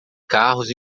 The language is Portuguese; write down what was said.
carros